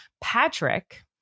Patrick